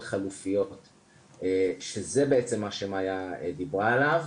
חלופיות שזה בעצם מה שמאיה דיברה עליו,